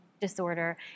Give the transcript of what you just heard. disorder